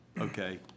okay